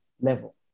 level